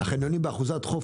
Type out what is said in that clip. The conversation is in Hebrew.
החניונים באחוזת חוף,